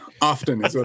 Often